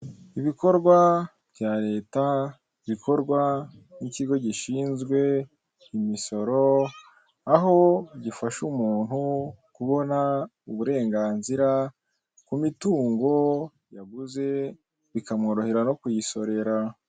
Ibikorwa bya leta, bikorwa n'ikigo gishinzwe imisoro. Aho gifasha umuntu kubona uburenganzira ku mitungo yaguze, bikamworohera no kuyisorera.